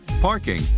parking